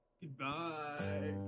Goodbye